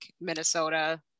Minnesota